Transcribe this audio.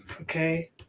Okay